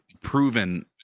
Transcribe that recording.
proven